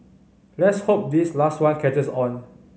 let's hope this last one catches on